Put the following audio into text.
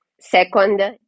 Second